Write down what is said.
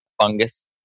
fungus